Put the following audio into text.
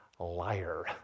Liar